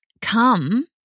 come